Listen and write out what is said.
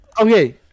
Okay